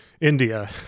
India